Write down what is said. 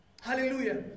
Hallelujah